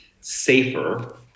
safer